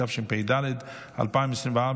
התשפ"ד 2024,